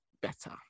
better